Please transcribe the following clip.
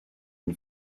une